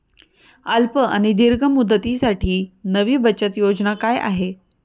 अल्प आणि दीर्घ मुदतीसाठी नवी बचत योजना काय आहे?